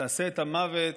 ותעשה את המוות